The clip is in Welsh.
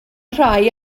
rhai